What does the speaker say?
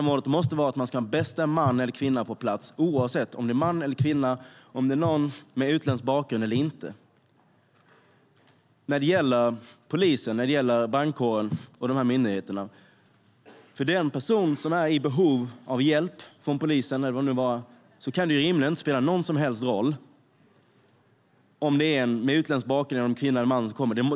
Målet måste vara att man ska ha bästa man eller kvinna på plats oavsett om det är man eller kvinna och om det är någon med utländsk bakgrund eller inte. När det gäller polisen, brandkåren eller de andra myndigheterna kan det för den person som är i behov av hjälp av polisen eller vad den nu kan vara rimligen inte spela någon som helst roll om det är någon med utländsk bakgrund, kvinna eller man som kommer.